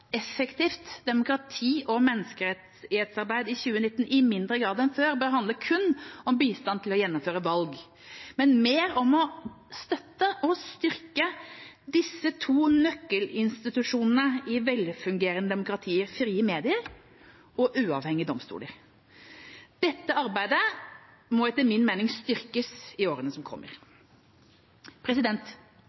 effektivt demokrati- og menneskerettsarbeid i 2019 i mindre grad enn før bør handle kun om bistand til å gjennomføre valg, men mer om å støtte og styrke disse to nøkkelinstitusjonene i velfungerende demokratier: frie medier og uavhengige domstoler. Dette arbeidet må etter min mening styrkes i årene som kommer.